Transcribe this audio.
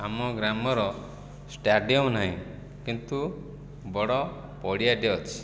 ଆମ ଗ୍ରାମର ଷ୍ଟାଡ଼ିୟମ ନାହିଁ କିନ୍ତୁ ବଡ଼ ପଡ଼ିଆଟେ ଅଛି